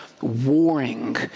warring